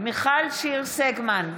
מיכל שיר סגמן,